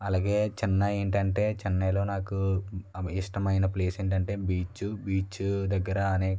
అలాగే చెన్నై ఏంటంటే చెన్నైలో నాకు ఇష్టమైన ప్లేస్ ఏంటంటే బీచ్ బీచ్ దగ్గర అనేక